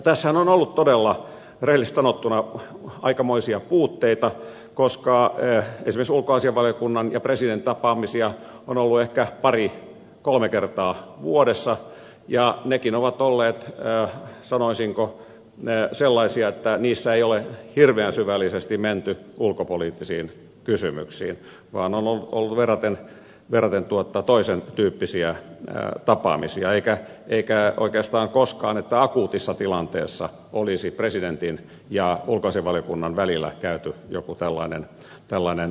tässähän on ollut todella rehellisesti sanottuna aikamoisia puutteita koska esimerkiksi ulkoasiainvaliokunnan ja presidentin tapaamisia on ollut ehkä pari kolme kertaa vuodessa ja nekin ovat olleet sanoisinko sellaisia että niissä ei ole hirveän syvällisesti menty ulkopoliittisiin kysymyksiin vaan on ollut verraten toisen tyyppisiä tapaamisia eikä oikeastaan koskaan niin että akuutissa tilanteessa olisi presidentin ja ulkoasiainvaliokunnan välillä käyty joku tällainen keskustelu